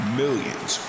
millions